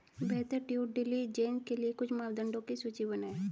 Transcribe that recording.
बेहतर due diligence के लिए कुछ मापदंडों की सूची बनाएं?